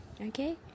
Okay